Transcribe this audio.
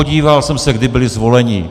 Podíval jsem se, kdy byli zvoleni.